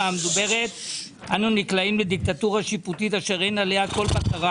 המדוברת אנו נקלעים לדיקטטורה שיפוטית אשר אין עליה כל בקרה